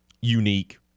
unique